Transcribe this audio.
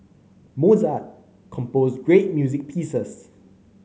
Mozart composed great music pieces